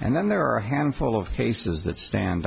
and then there are a handful of cases that stand